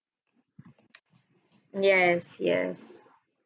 yes yes